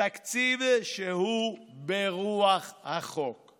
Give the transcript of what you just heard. תקציב שהוא יהיה ברוח החוק",